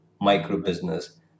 micro-business